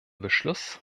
beschluss